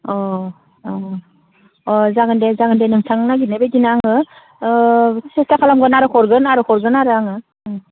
अ औ अ जागोन दे जागोन दे नोंथांनो नागिरनायबायदिनो आङो सेसथा खालामगोन आरो हरगोन आरो आङो ओं